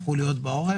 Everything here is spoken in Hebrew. הפכו להיות בעורף.